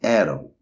eram